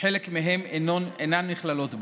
וחלק מהן אינן נכללות בו.